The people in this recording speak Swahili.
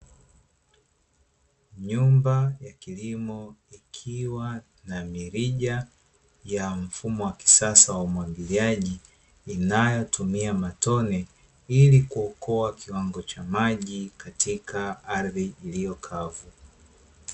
Nyumba ya kilimo ikiwa na mirija ya mfumo wa kisasa wa umwagiliaji inayotumia matone, ili kuokoa kiwango cha maji katika ardhi iliyo kavu.